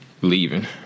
Leaving